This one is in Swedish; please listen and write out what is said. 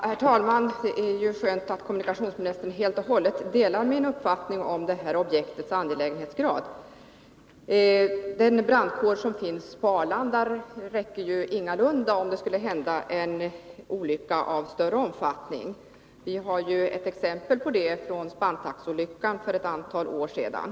Herr talman! Det är skönt att kommunikationsministern helt och hållet delar min uppfattning om det här objektets angelägenhetsgrad. Den brandkår som finns på Arlanda räcker ju ingalunda om det skulle hända en olycka av större omfattning. Vi har ett exempel på det från Spantaxolyckan för ett antal år sedan.